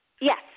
Yes